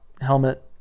helmet